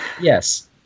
Yes